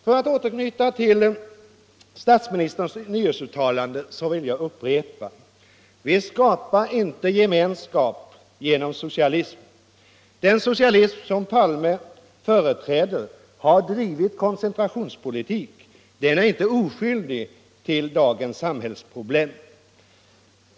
För att återknyta till statsministerns nyårsuttalande vill jag upprepa: Vi skapar inte gemenskap genom socialismen. Den socialism som Palme företräder har drivit en koncentrationspolitik som inte är oskyldig till dagens samhällsproblem.